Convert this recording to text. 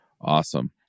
Awesome